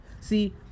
see